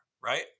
right